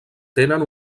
tenen